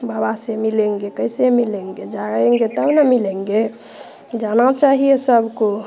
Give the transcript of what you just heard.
बाबा से मिलेंगे कैसे मिलेंगे जाएंगे तब न मिलेंगे जाना चाहिए सबको